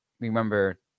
remember